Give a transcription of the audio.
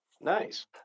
Nice